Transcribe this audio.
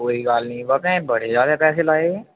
कोई गल्ल नी भैएं बड़े ज्यादे पैसे लाए